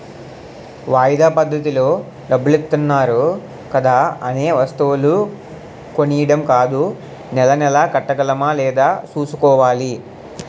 వాయిదా పద్దతిలో డబ్బులిత్తన్నారు కదా అనే వస్తువులు కొనీడం కాదూ నెలా నెలా కట్టగలమా లేదా సూసుకోవాలి